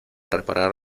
reparar